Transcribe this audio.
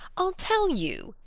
i'll tell you,